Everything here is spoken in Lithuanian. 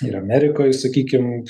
ir amerikoj sakykim